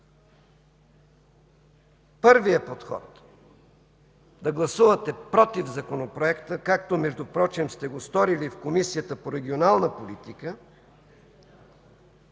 изберете подхода да гласувате против Законопроекта, както впрочем сте го сторили в Комисията по регионална политика,